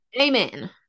Amen